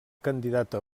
candidata